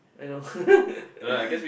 I know